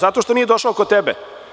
Zato što nije došao kod tebe?